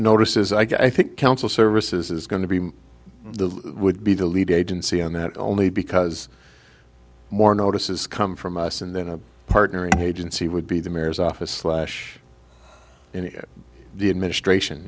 notices i think council services is going to be the would be the lead agency on that only because more notices come from us and then a partner an agency would be the mayor's office slash the administration